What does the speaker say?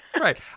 Right